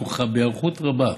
כרוכה בהיערכות רבה,